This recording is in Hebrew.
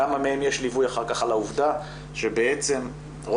בכמה מהם יש ליווי אחר כך על העובדה שבעצם רוב